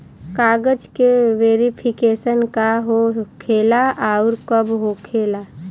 कागज के वेरिफिकेशन का हो खेला आउर कब होखेला?